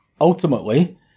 ultimately